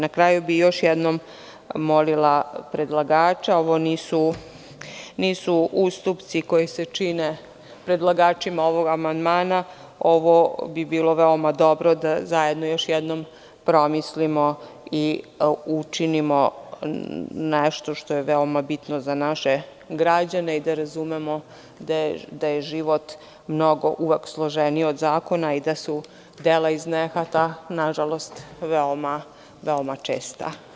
Na kraju bih još jednom molila predlagača, ovo nisu ustupci koji se čine predlagačima ovog amandmana, ovo bi bilo veoma dobro da zajedno još jednom promislimo i učinimo nešto što je veoma bitno za naše građane, da razumemo da je život mnogo složeniji od zakona i da su dela iz nehata nažalost veoma česta.